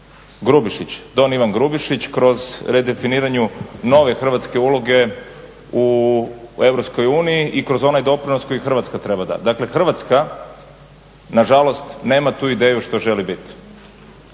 don Ivan Grubišić kroz redefiniranju nove hrvatske uloge u EU i kroz onaj doprinos koji Hrvatska treba dati. Dakle, Hrvatska nažalost nema tu ideju što želi biti.